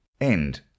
End